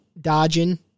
dodging